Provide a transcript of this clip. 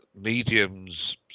mediums